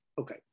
Okay